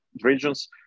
regions